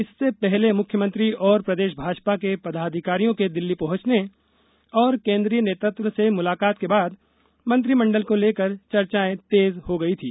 इससे पहले मुख्यमंत्री और प्रदेश भाजपा के पदाधिकारियों के दिल्ली पहॅचने और केन्द्रीय नेतृत्व से मुलाकात के बाद मंत्रिमंडल को लेकर चर्चाएं तेज हो गयी थी